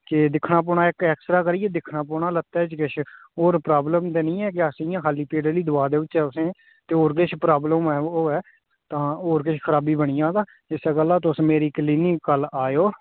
के दिक्खना पौना इक ऐक्स रा करियै दिक्खना पौना लत्तै च किश होर प्राब्लम ते निं ऐ के अस इयां खाल्ली पीड़े आह्ली दवा देई ओड़चै तुसें ते होर किश प्राब्लम होऐ तां होर किश खराबी बनी जा तां इस्सै गल्लै तुस मेरी क्लिनिक कल आएओ